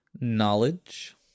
Knowledge